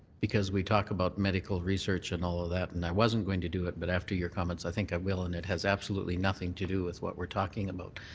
because we talk about medical research and all of that, and i wasn't going to do it but after your comments i think i will, and it has absolutely nothing to do with what we're talking about.